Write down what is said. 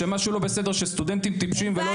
שמשהו לא בסדר שסטודנטים טיפשים ולא